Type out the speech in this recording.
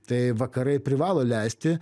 tai vakarai privalo leisti